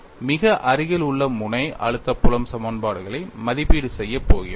மிக அருகில் உள்ள முனை அழுத்த புலம் சமன்பாடுகளை மதிப்பீடு செய்யப் போகிறோம்